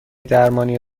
درمانی